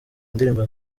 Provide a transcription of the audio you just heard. indirimbo